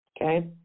okay